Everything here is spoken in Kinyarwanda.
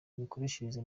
imikoreshereze